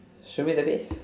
show me the face